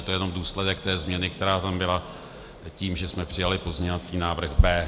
To je jenom důsledek té změny, která tam byla tím, že jsme přijali pozměňovací návrh B.